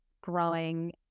growing